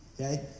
okay